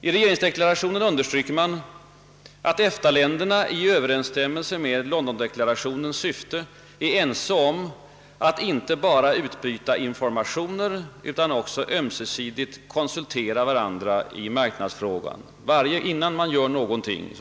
I regeringsdeklarationen understryks att EFTA-länderna i Ööverensstämmelse med Londondeklarationens syfte är ense om att inte bara utbyta informationer utan också ömsesidigt konsultera varandra i marknadsfrågan innan man gör någonting.